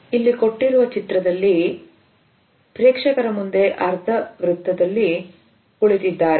ಇಲ್ಲಿ ಕೊಟ್ಟಿರುವ ಚಿತ್ರದಲ್ಲಿ ನಾನಲ್ಲೇ ಪ್ರೇಕ್ಷಕರ ಮುಂದೆ ಅರ್ಧ ವೃತ್ತದಲ್ಲಿ ಕುಳಿತಿದ್ದಾರೆ